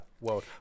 world